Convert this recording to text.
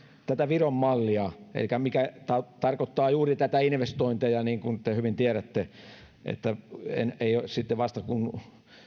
tätä viron mallia mikä tarkoittaa juuri näitä investointeja niin kuin te hyvin tiedätte että sitten vasta kun